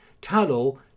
Tallow